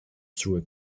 through